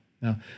Now